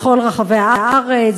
בכל רחבי הארץ,